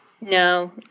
No